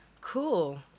Cool